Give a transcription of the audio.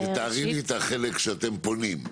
תתארי לי את החלק שאתם פונים.